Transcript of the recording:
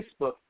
Facebook